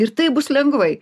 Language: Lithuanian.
ir tai bus lengvai